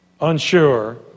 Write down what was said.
unsure